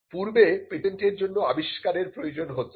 পূর্বে পেটেন্ট এর জন্য আবিষ্কারের প্রয়োজন হতো